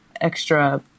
extra